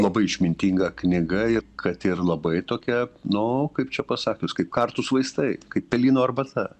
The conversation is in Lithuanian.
labai išmintinga knyga ir kad ir labai tokia nu kaip čia pasakius kaip kartūs vaistai kaip pelyno arbata